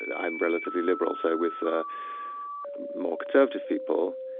and i'm relatively liberal so with ah more conservative people,